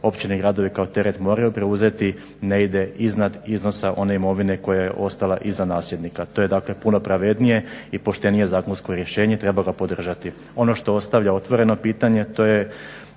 općine gradovi kao teret moraju preuzeti ne ide iznad iznosa one imovine koja je ostala iza nasljednika. To je puno pravednije i poštenije zakonsko rješenje, treba ga podržati. Ono što ostavlja otvoreno pitanje to je